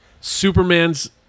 Superman's